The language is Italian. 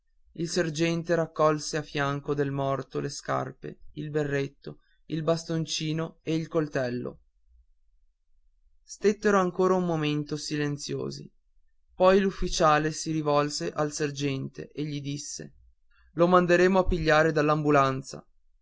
il sergente raccolse a fianco del morto le scarpe il berretto il bastoncino e il coltello stettero ancora un momento silenziosi poi l'ufficiale si rivolse al sergente e gli disse lo manderemo a pigliare